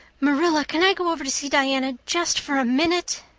marilla, can i go over to see diana just for a minute?